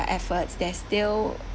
efforts they're still